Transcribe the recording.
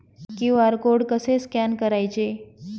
QR code कसे scan करायचे?